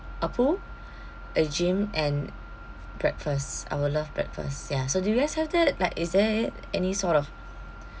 a pool a gym and breakfast I would love breakfast ya so do you guys have that like is there any sort of